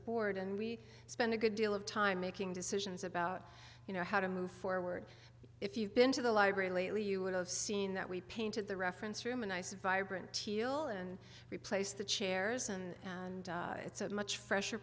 board and we spend a good deal of time making decisions about you know how to move forward if you've been to the library lately you would have seen that we painted the reference room a nice vibrant teal and replace the chairs and it's a much fresher